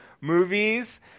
movies